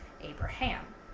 Abraham